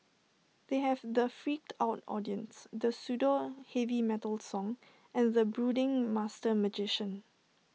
they have the freaked out audience the pseudo heavy metal song and the brooding master magician